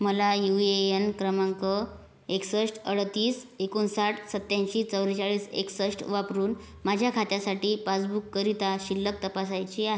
मला U A N क्रमांक एकसष्ट अडतीस एकोणसाठ सत्याऐंशी चौवेचाळीस एकसष्ट वापरून माझ्या खात्यासाठी पासबुककरिता शिल्लक तपासायची आहे